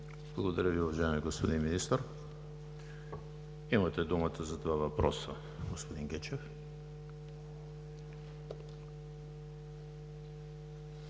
Благодаря Ви, уважаеми господин Министър. Имате думата за два въпроса, господин Гечев.